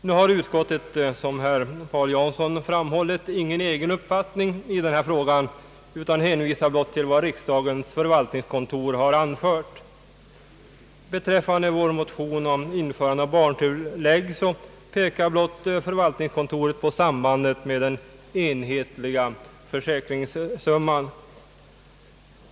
Nu har utskottet, som herr Paul Jansson framhållit, ingen egen uppfattning i denna fråga utan hänvisar blott till vad riksdagens förvaltningskontor har anfört. Beträffande vår motion om införande av barntillägg pekar förvaltningskontoret blott på sambandet med den enhetliga försäkringssumman.